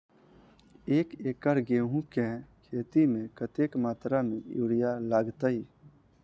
एक एकड़ गेंहूँ केँ खेती मे कतेक मात्रा मे यूरिया लागतै?